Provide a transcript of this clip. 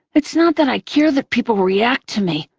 it's not that i care that people react to me.